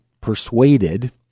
persuaded